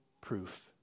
proof